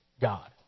God